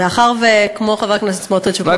מאחר שכמו חבר הכנסת סמוטריץ וכמו חבר הכנסת קיש,